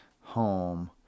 home